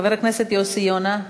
חבר הכנסת יוסי יונה,